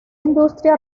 industria